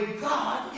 God